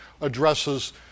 addresses